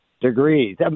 degrees